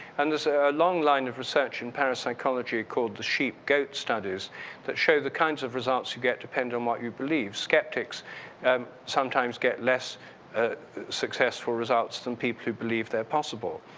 and this long line of research in parapsychology called the sheep-goat studies that show the kinds of results you get depend on what you believe. skeptics sometimes get less successful results than people who believed they're possible.